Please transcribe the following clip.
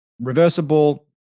Reversible